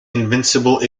invincible